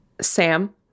Sam